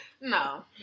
No